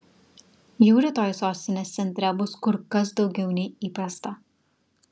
jų rytoj sostinės centre bus kur kas daugiau nei įprasta